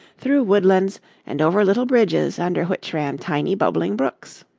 through woodlands and over little bridges under which ran tiny, bubbling brooks.